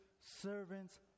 servants